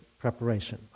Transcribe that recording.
preparation